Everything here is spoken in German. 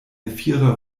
vierer